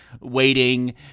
waiting